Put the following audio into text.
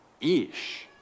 Ish